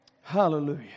Hallelujah